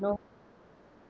you know